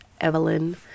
Evelyn